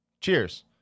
Cheers